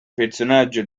personaggio